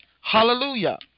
hallelujah